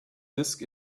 disk